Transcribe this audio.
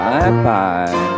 Bye-bye